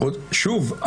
שוב?